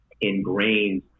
ingrained